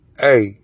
hey